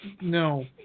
No